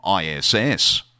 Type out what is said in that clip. ISS